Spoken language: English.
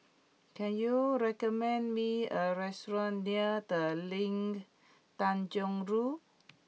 can you recommend me a restaurant near The Ling Tanjong Rhu